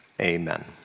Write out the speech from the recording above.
Amen